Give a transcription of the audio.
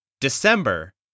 December